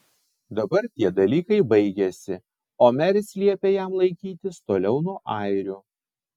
dabar tie dalykai baigėsi o meris liepė jam laikytis toliau nuo airių